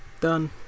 done